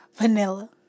Vanilla